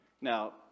Now